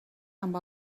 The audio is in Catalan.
amb